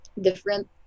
Different